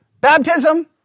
baptism